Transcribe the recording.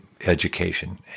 education